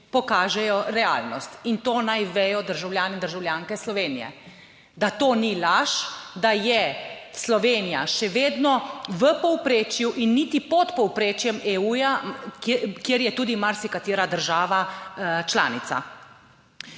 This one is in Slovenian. pokažejo realnost. In to naj vedo državljani in državljanke Slovenije, da to ni laž, da je Slovenija še vedno v povprečju in niti pod povprečjem EU, kjer je tudi marsikatera država članica.